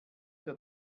der